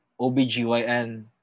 OBGYN